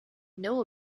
know